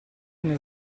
nel